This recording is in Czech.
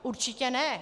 Určitě ne.